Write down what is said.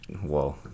Whoa